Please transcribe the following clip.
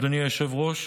אדוני היושב-ראש,